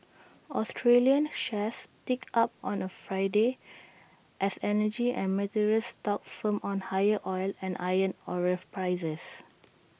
Australian shares ticked up on A Friday as energy and materials stocks firmed on higher oil and iron ore prices